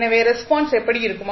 எனவே ரெஸ்பான்ஸ் எப்படி இருக்கும்